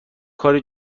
کاری